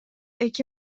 эки